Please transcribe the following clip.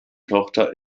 tochter